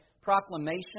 proclamation